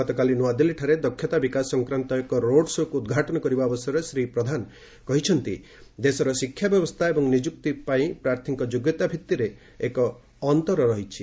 ଗତକାଲି ନୂଆଦିଲ୍ଲୀଠାରେ ଦକ୍ଷତା ବିକାଶ ସଂକ୍ରାନ୍ତ ଏକ ରୋଡ୍ ଶୋ କୁ ଉଦ୍ଘାଟନ କରିବା ଅବସରରେ ମନ୍ତ୍ରୀ ଶ୍ରୀ ପ୍ରଧାନ କହିଛନ୍ତି ଦେଶର ଶିକ୍ଷା ବ୍ୟବସ୍ଥା ଏବଂ ନିଯୁକ୍ତି ପାଇଁ ପ୍ରାର୍ଥୀଙ୍କ ଯୋଗ୍ୟତା ଭିତରେ ଏକ ଅନ୍ତର ରହିଛି